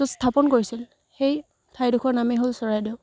য'ত স্থাপন কৰিছিল সেই ঠাইডোখৰৰ নামেই হ'ল চৰাইদেউ